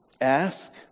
ask